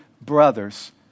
brothers